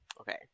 okay